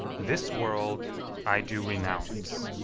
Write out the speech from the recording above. this world i do renounce,